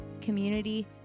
community